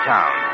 Town